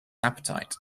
appetite